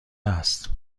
است